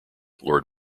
lord